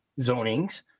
zonings